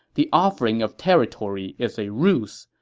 the offering of territory is a ruse.